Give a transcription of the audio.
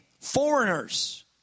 foreigners